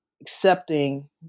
accepting